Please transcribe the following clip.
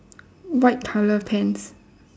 white colour pants